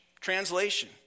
translation